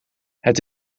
het